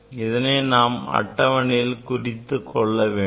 இதனை நாம் அட்டவணையில் குறித்துக் கொள்ள வேண்டும்